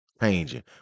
changing